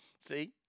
See